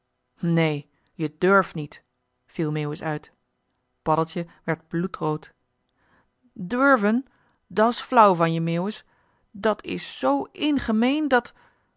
neen je durft niet viel meeuwis uit paddeltje werd bloedrood durven dat's flauw van je meeuwis dat is zoo in gemeen dat